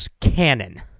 canon